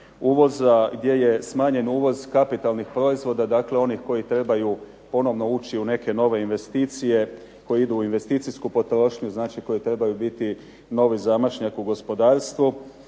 uvoza gdje je smanjen uvoz kapitalnih proizvoda dakle onih koji trebaju ponovno ući u neke nove investicije, koji idu u investicijsku potrošnju koji trebaju biti novi zamašnjak u gospodarstvu,